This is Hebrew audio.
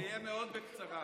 זה יהיה מאוד בקצרה.